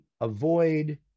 avoid